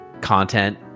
content